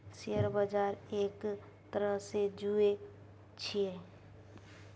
share बजार एक तरहसँ जुऐ छियै